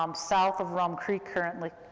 um south of rum creek, currently,